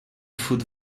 food